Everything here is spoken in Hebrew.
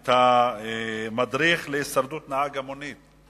את המדריך להישרדות נהג מונית.